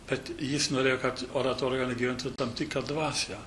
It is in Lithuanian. bet jis norėjo kad oratorijoj pagyventų tam tikra dvasia